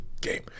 game